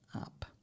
up